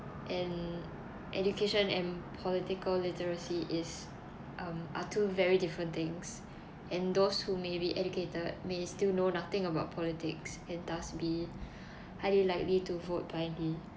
and education and political literacy is um are two very different things and those who may be educated may still know nothing about politics and thus be highly likely to vote blindly